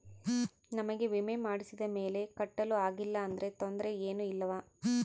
ನಮಗೆ ವಿಮೆ ಮಾಡಿಸಿದ ಮೇಲೆ ಕಟ್ಟಲು ಆಗಿಲ್ಲ ಆದರೆ ತೊಂದರೆ ಏನು ಇಲ್ಲವಾ?